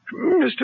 Mr